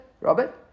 robert